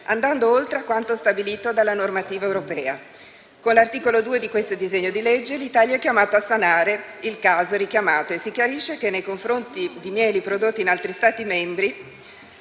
andando oltre a quanto stabilito dalla normativa europea. Con l'articolo 2 di questo disegno di legge l'Italia è chiamata a sanare il caso richiamato e si chiarisce che, nei confronti di mieli prodotti in altri Stati membri